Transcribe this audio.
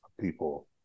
people